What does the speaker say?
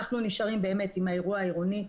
אנחנו נשארים באמת עם האירוע העירוני,